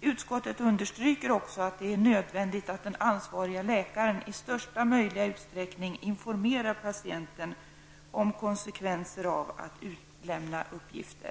Utskottet understryker också att det är nödvändigt att den ansvarige läkaren i största möjliga utsträckning informerar patienten om konsekvenser av att lämna ut uppgifter.